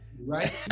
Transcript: Right